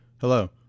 hello